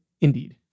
Indeed